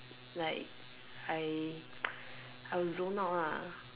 like I I zone out ah